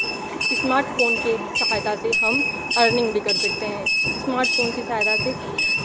smart phone के सहायता से हम अर्निंग भी कर सकते हैं स्मार्ट फ़ोन की सहायता से